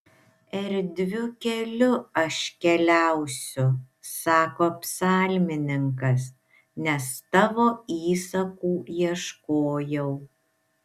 erdviu keliu aš keliausiu sako psalmininkas nes tavo įsakų ieškojau